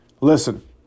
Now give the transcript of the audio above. listen